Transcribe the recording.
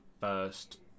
first